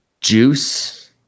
juice